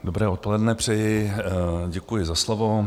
Dobré odpoledne přeji, děkuji za slovo.